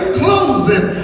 closing